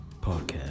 Podcast